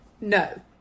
no